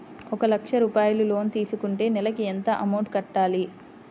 ఒక లక్ష రూపాయిలు లోన్ తీసుకుంటే నెలకి ఎంత అమౌంట్ కట్టాలి?